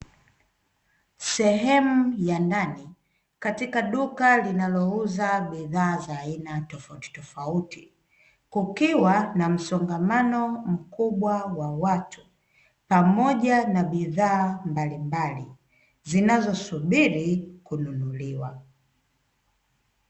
Sehemu ya ndani katika duka linalouza bidhaa za aina tofautitofauti, kukiwa na msongamano mkubwa wa watu, pamoja na bidhaa mbalimbali zinazo subiri kununuliwa.